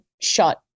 shot